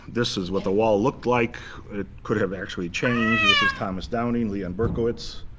this is what the wall looked like. it could have actually changed. this is thomas downing, leon berkowitz,